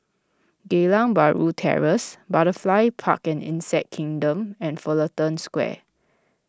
Geylang Bahru Terrace Butterfly Park and Insect Kingdom and Fullerton Square